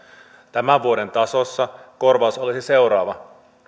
tämän vuoden tasossa korvaus olisi seuraava